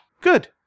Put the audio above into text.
good